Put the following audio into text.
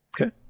Okay